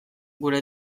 gure